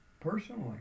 personally